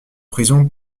prison